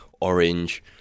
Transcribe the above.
orange